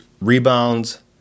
Rebounds